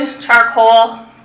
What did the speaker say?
charcoal